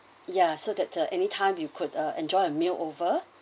ya so that uh anytime you could uh enjoy a meal over